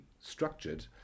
structured